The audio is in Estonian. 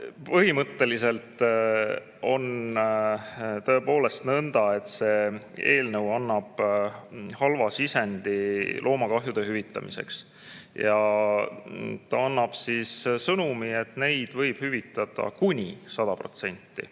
Põhimõtteliselt on tõepoolest nõnda, et see eelnõu annab halva sisendi loomakahjude hüvitamiseks. See annab sõnumi, et neid võib hüvitada kuni 100%.